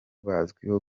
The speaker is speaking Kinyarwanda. bazwiho